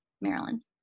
Maryland